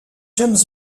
james